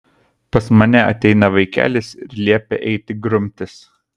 pas mane ateina vaikelis ir liepia eiti grumtis